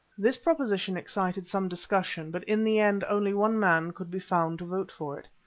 this proposition excited some discussion, but in the end only one man could be found to vote for it.